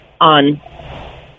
on